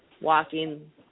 walking